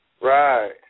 Right